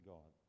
God